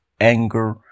anger